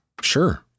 Sure